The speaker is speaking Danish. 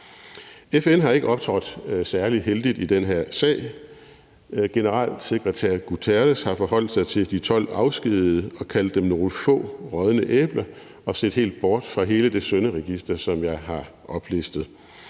FN har ikke optrådt særlig heldigt i den her sag. Generalsekretær Guterres har forholdt sig til de 12 afskedigede og kaldt dem nogle få rådne æbler og set helt bort fra hele det synderegister, som jeg har oplistet.